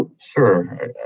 Sure